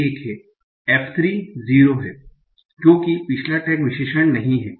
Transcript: F3 0 हैं क्योंकि पिछला टैग विशेषण नहीं है